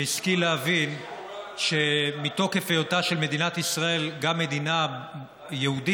שהשכיל להבין שמתוקף היותה של מדינת ישראל גם מדינה יהודית,